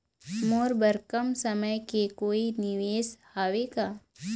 मोर बर कम समय के कोई निवेश हावे का?